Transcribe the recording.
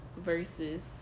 versus